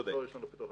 אתה צודק.